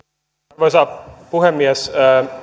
arvoisa puhemies